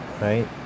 right